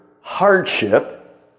hardship